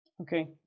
Okay